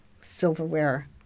silverware